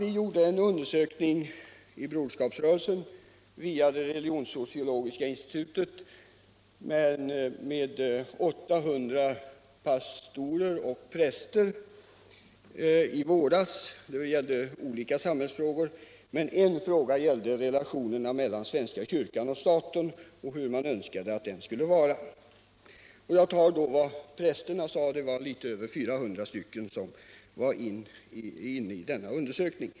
Inom Broderskapsrörelsen gjorde vi i våras med hjälp av Religionssociologiska institutet en undersökning beträffande olika samhällsfrågor. Vid undersökningen riktade vi oss till 800 pastorer och präster. En fråga gällde relationerna mellan svenska kyrkan och staten och hur man önskade att dessa relationer skulle vara. De något över 400 prästerna som deltog svarade så här.